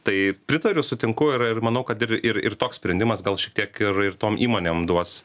tai pritariu sutinku ir ir manau kad ir ir ir toks sprendimas gal šiek tiek ir ir tom įmonėm duos